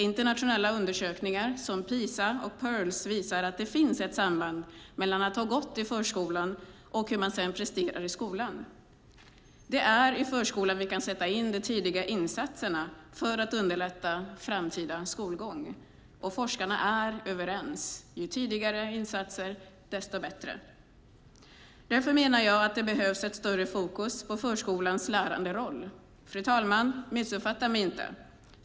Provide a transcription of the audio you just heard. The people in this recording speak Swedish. Internationella undersökningar som PISA och Pirls visar att det finns ett samband mellan att ha gått i förskolan och hur man sedan presterar i skolan. Det är i förskolan vi kan sätta in de tidiga insatserna för att underlätta framtida skolgång. Forskarna är överens: Ju tidigare insatser desto bättre. Därför menar jag att det behövs ett större fokus på förskolans läranderoll. Fru talman! Missuppfatta mig inte.